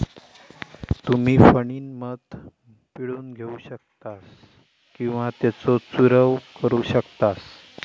तुम्ही फणीनं मध पिळून घेऊ शकतास किंवा त्येचो चूरव करू शकतास